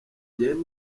genda